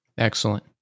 Excellent